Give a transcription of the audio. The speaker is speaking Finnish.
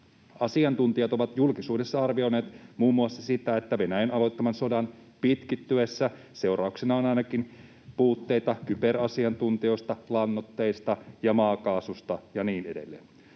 Asiantuntijat ovat julkisuudessa arvioineet muun muassa sitä, että Venäjän aloittaman sodan pitkittyessä seurauksena on ainakin puutteita kyberasiantuntijoista, lannoitteista ja maakaasusta ja niin edelleen.